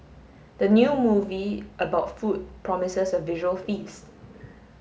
the new movie about food promises a visual feast